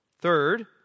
Third